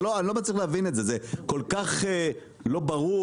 אני לא מצליח להבין את זה, זה כל כך לא ברור.